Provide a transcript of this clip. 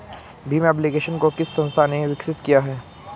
Bhim application को किस संस्था ने विकसित किया है?